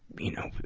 you know,